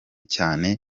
cyane